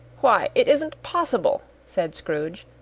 why, it isn't possible, said scrooge,